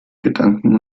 gedanken